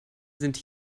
sind